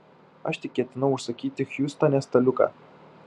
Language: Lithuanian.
aš tik ketinau užsakyti hjustone staliuką